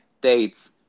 dates